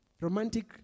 romantic